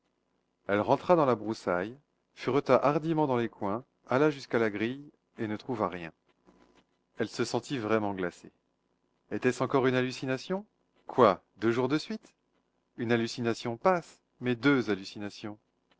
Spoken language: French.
elle rentra dans la broussaille fureta hardiment dans les coins alla jusqu'à la grille et ne trouva rien elle se sentit vraiment glacée était-ce encore une hallucination quoi deux jours de suite une hallucination passe mais deux hallucinations